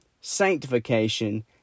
sanctification